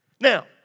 Now